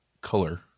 color